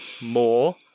more